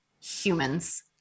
humans